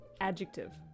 Adjective